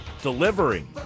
delivering